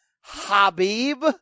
Habib